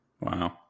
Wow